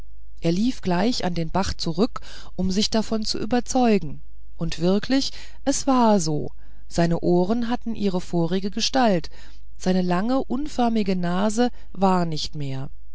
er lief gleich an den bach zurück um sich davon zu überzeugen und wirklich es war so seine ohren hatten ihre vorige gestalt seine lange unförmliche nase war nicht mehr